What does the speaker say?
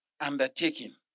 undertaking